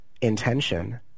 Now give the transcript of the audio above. intention